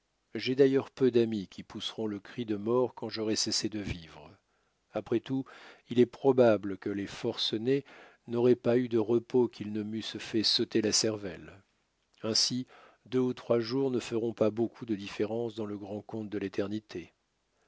j'ai d'ailleurs peu d'amis qui pousseront le cri de mort quand j'aurai cessé de vivre après tout il est probable que les forcenés n'auraient pas eu de repos qu'ils ne m'eussent fait sauter la cervelle ainsi deux ou trois jours ne feront pas beaucoup de différence dans le grand compte de l'éternité